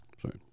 Sorry